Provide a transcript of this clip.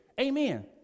amen